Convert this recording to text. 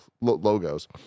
logos